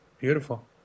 Beautiful